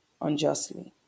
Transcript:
unjustly